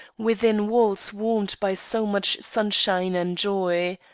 within walls warmed by so much sunshine and joy.